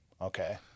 okay